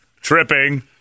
Tripping